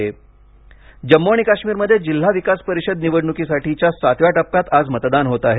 जम्म् काश्मीर जम्मू आणि काश्मीरमध्ये जिल्हा विकास परिषद निवडणुकीच्या सातव्या टप्प्यात आज मतदान होत आहे